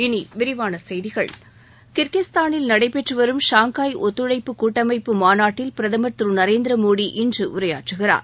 இனி விரிவான செய்திகள் கிர்கிஸ்தானில் நடைபெற்றுவரும் ஷாங்காய் ஒத்துழைப்பு கூட்டமைப்பு மாநாட்டில் பிரதமர் திரு நரேந்திர மோடி இன்று உரையாற்றுகிறார்